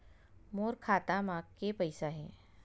मोर खाता म के पईसा हे?